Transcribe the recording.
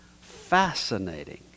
Fascinating